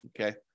Okay